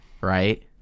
right